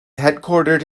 headquartered